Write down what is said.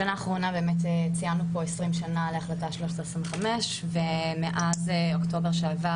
בשנה האחרונה ציינו 20 שנה להחלטה 1325. מאז אוקטובר שעבר,